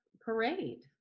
parade